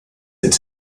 its